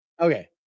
Okay